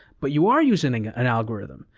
but you are using an algorithm.